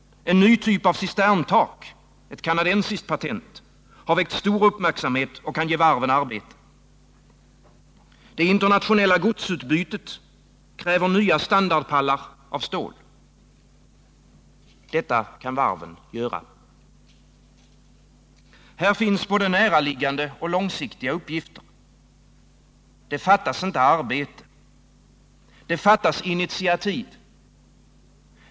En ny typ av cisterntak — ett kanadensiskt patent — har väckt stor uppmärksamhet och kan ge varven arbete. Det internationella godsutbytet kräver nya standardpallar av stål. Detta kan varven göra. Här finns både näraliggande och långsiktiga uppgifter. Det fattas inte arbete. Det fattas initiativ.